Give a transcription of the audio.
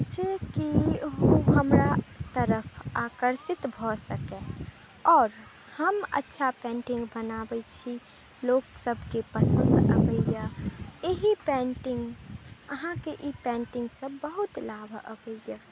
जेकि हमरा तरफ आकर्षित भऽ सकए आओर हम अच्छा पेन्टिंग बनाबै छी लोक सभके पसन्द अबैया एहि पेन्टिंग अहाँके ई पेन्टिंग सभ बहुत लाभ अबैया